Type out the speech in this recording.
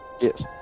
Yes